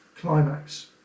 climax